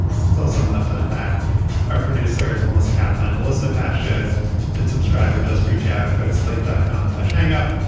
still some left to unpack our producers, most kaplin to listen to pashas and subscribe or just reach out to slate that complex hang up.